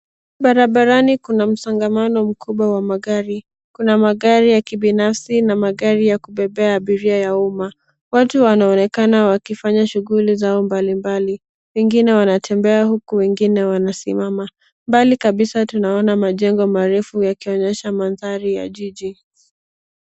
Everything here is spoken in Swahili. Barabarani kuna msongamano mkubwa wa magari. Kuna magari ya kibinafsi, na magari ya kubebea abiria ya umma. Watu wanaoenkana wakifanya shughuli zao mbalimbali. Wengine wanatembea huku wengine wanasimama. Mbali kabisa tunaona majengo marefu yakionyesha mandhari ya jiji.